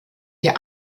der